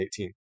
2018